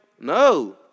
No